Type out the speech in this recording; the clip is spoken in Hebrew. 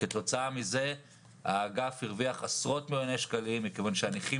כתוצאה מכך האגף הרוויח עשרות מיליוני שקלים מכיוון שהנכים